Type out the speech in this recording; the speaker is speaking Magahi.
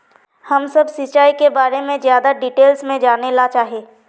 हम सब सिंचाई के बारे में ज्यादा डिटेल्स में जाने ला चाहे?